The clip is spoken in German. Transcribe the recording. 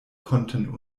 konnten